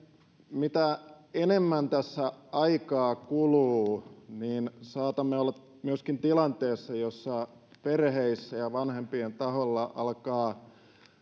mitä enemmän tässä aikaa kuluu niin saatamme olla myöskin tilanteessa jossa perheissä ja vanhempien taholla alkaa